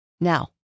Now